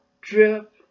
drip